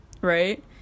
right